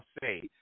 say